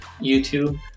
YouTube